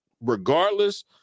regardless